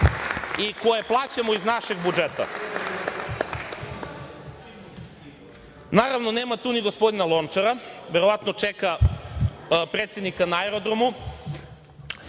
i koje plaćamo iz našeg budžeta. Naravno, nema tu ni gospodina Lončara, verovatno čeka predsednika na aerodromu.